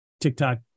tiktok